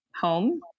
home